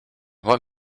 what